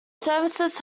services